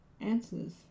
Answers